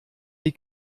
die